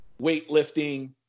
weightlifting